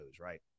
right